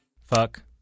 Fuck